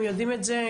הם יודעים את זה,